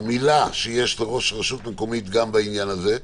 והמילה שיש לראש רשות מקומית גם בעניין הזה.